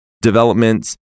Developments